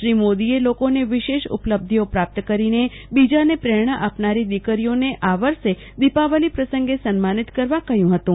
શ્રી મોદીએ લોકોને વિશેષ ઉપલબ્ધિઓ પ્રાપ્ત કરીને બીજાને પ્રેરણા આપનારી દિકરીઓને આ વર્ષે દિપાવલી પ્રસંગે સન્માનિત કરવા કહ્યું હતું